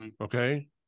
okay